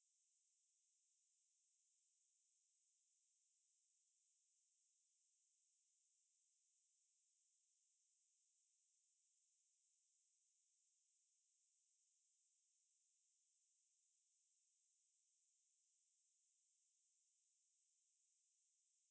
err they want their alarms and all to be err like emergency calls they still want it to come through right so only I think messages err sound வராது அப்புறம்:varaathu appuram like err Twitter notifications Instagram all those kind of things அந்த:antha notifications the sound வராது:varaathu ya basically that's all lah it's just ya that kind of thing